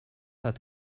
hat